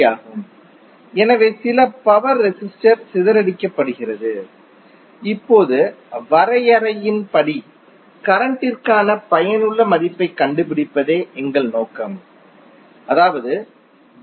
ஆகும் எனவே சில பவர் ரெசிஸ்டரால் சிதறடிக்கப்படுகிறது இப்போது வரையறையின்படி கரண்ட்டிற்கான பயனுள்ள மதிப்பைக் கண்டுபிடிப்பதே எங்கள் நோக்கம் அதாவது டி